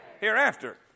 hereafter